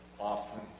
often